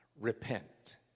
Repent